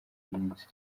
munsi